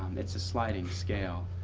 um it's a sliding scale,